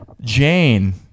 Jane